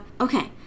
okay